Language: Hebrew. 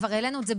כבר העלנו את זה,